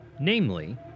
namely